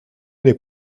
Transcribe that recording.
n’est